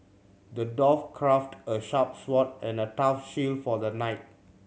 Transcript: the dwarf crafted a sharp sword and a tough shield for the knight